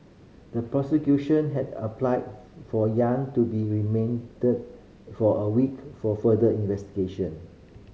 the prosecution had applied for Yang to be remanded for a week for further investigation